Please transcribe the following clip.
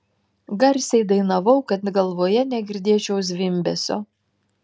garsiai dainavau kad galvoje negirdėčiau zvimbesio